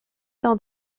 dans